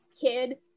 kid